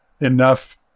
enough